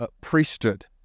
priesthood